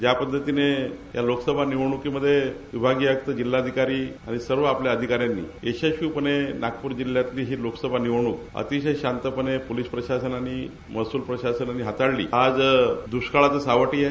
ज्या पद्धतीनं या लोकसभा निवडणुकीमध्ये विभागीय आयुक्त जिल्हाधिकारी आणि सर्व आपल्या अधिकाऱ्यांनी यशस्वीपणे जिल्ह्यातील ही निवडणूक अतिशय शांतपणे पोलीस प्रशासनानं महसूल प्रशासनानं हाताळली दुष्काळाचं सावट आहे